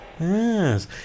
Yes